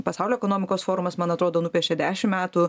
pasaulio ekonomikos forumas man atrodo nupiešė dešim metų